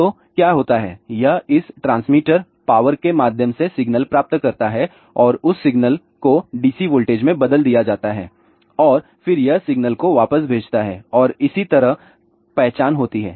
तो क्या होता है यह इस ट्रांसमीटर पावर के माध्यम से सिग्नल प्राप्त करता है और उस सिग्नल को डीसी वोल्टेज में बदल दिया जाता है और फिर यह सिग्नल को वापस भेजता है और इसी तरह पहचान होती है